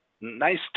nice